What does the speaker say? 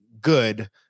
good